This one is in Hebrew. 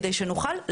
השולחן.